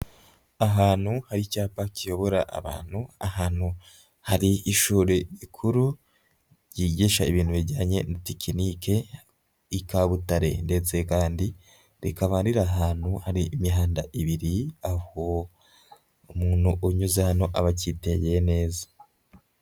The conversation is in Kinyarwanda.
Ahantu hari icyapa kiyobora abantu, ahantu hari ishuri rikuru ryigisha ibintu bijyanye na tekinike i Kabutare, ndetse kandi rikaba riri ahantu hari imihanda ibiri, aho umuntu unyuze hano aba acyitegeye neza.